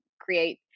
create